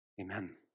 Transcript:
Amen